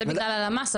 זה בגלל הלמ"ס,